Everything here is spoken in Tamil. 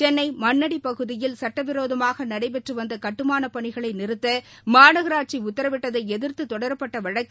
சென்னை மண்ணடிப் பகுதியில் சட்டவிரோமாக நடைபெற்று வந்த கட்டுமானப் பணிகளை நிறுத்த மாநகராட்சி உத்தரவிட்டதை எதிர்த்து தொடரப்பட்ட வழக்கு